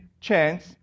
chance